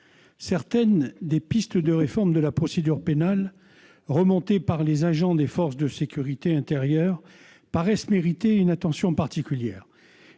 Certaines des pistes de réforme de la procédure pénale, remontées par les agents des forces de sécurité intérieure, paraissent mériter une attention particulière.